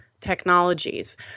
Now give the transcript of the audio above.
technologies